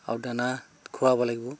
আৰু দানা খোৱাব লাগিব